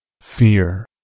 Fear